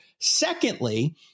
Secondly